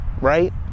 right